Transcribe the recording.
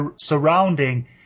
surrounding